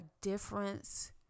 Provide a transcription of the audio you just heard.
difference